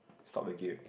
stop the game